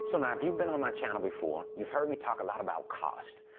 so now if you've been on my channel before, you've heard me talk a lot about cost.